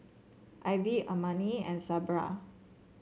Ivy Armani and Sabra